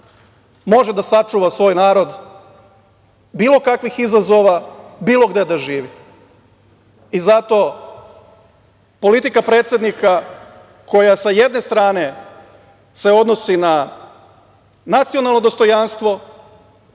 može da sačuva svoj narod od bilo kakvih izazova bilo gde da živi. Zato politika predsednika koja sa jedne strane se odnosi na nacionalno dostojanstvo